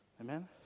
Amen